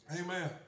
Amen